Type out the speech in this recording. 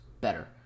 better